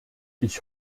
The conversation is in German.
ich